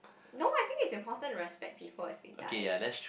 no I think is important to respect people as they die